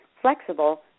flexible